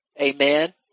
Amen